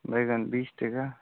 बैंगन बीस टके